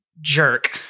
jerk